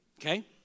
okay